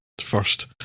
first